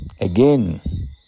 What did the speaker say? again